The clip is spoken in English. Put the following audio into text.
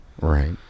Right